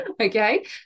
Okay